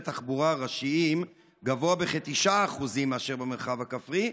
תחבורה ראשיים גבוה בכ-9% מאשר במרחב הכפרי,